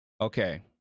okay